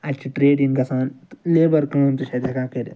اَتہِ چھِ ٹرٛیڈِنٛگ گژھان تہِ لیبَر کٲم تہِ چھِ اَتہِ ہیٚکان کٔرِتھ